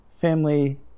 family